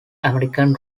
american